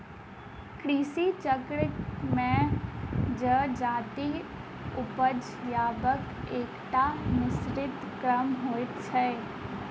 कृषि चक्र मे जजाति उपजयबाक एकटा निश्चित क्रम होइत छै